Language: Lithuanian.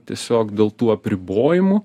tiesiog dėl tų apribojimų